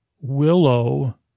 Willow